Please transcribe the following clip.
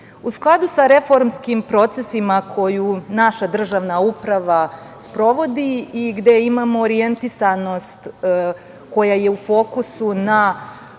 skladu sa reformskih procesima koju naša državna uprava sprovodi i gde imamo orijentisanost koja je u fokusu na